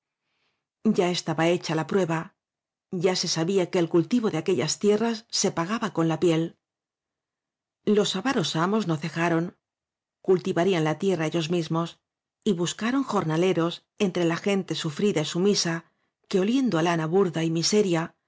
ya estaba hecha la prueba ya se sabía que el cultivo de aquellas tierras se pagaba con la piel los avaros amos no cejaron cultivarían la tierra ellos mismos y buscaron jornaleros entre la gente sufrida y sumisa que oliendo á lana burda y miseria